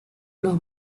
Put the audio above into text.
los